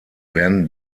werden